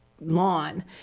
lawn